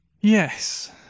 Yes